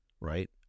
right